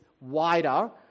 wider